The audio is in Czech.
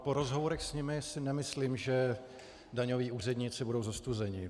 Po rozhovorech s nimi si nemyslím, že daňoví úředníci budou zostuzeni.